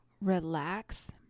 relax